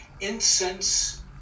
incense